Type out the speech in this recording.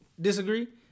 disagree